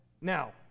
Now